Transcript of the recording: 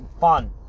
fun